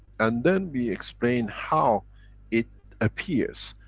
and then we explain how it appears.